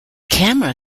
camera